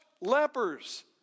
lepers